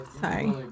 Sorry